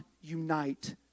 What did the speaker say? unite